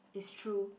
is true